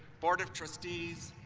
board of trustees,